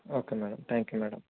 okay madam thank you madam